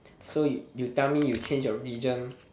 so you you tell me you change your religion